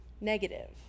negative